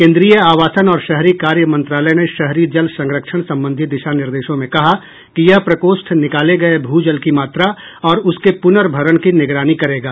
केन्द्रीय आवासन और शहरी कार्य मंत्रालय ने शहरी जल संरक्षण संबंधी दिशा निर्देशों में कहा कि यह प्रकोष्ठ निकाले गए भू जल की मात्रा और उसके पुनर्भरण की निगरानी करेगा